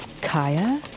Kaya